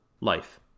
life